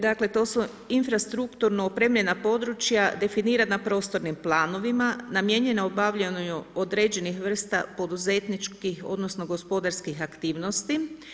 Dakle, to su infrastrukturno opremljena područja definirana prostornim planovima, namijenjena obavljanju određenih vrsta poduzetničkih odnosno, gospodarskih aktivnosti.